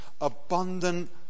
abundant